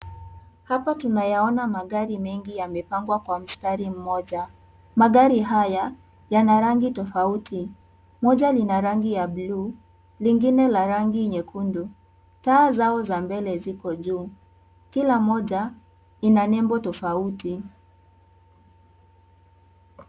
Hapa tunayaona magari mengi yamepangwa kwa mstari mmoja. Magari haya, yanarangi tofauti. Moja linarangi ya bluu, lingine la rangi nyekundu. Taa zao za mbele ziko juu. Kila moja inanembo tofauti.